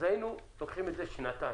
אז היינו סוחבים את זה שנתיים,